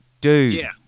dude